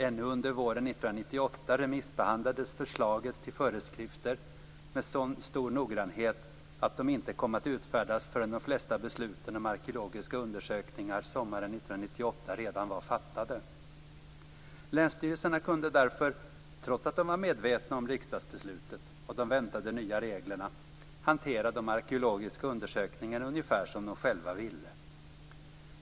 Ännu under våren 1998 remissbehandlades förslaget till föreskrifter med sådan stor noggrannhet att de inte kom att utfärdas förrän de flesta besluten om arkeologiska undersökningar sommaren 1998 redan var fattade. Länsstyrelserna kunde därför, trots att de var medvetna om riksdagsbeslutet och de väntade nya reglerna, hantera de arkeologiska undersökningarna ungefär som de själva ville.